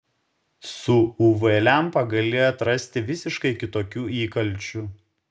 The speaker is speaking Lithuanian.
su uv lempa gali atrasti visiškai kitokių įkalčių